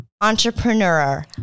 entrepreneur